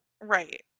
right